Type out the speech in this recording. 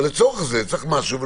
אבל לצורך זה צריך משהו,